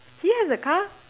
he has a car